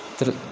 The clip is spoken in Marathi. तर